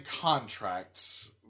contracts